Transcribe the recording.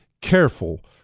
careful